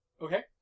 Okay